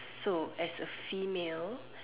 so as a female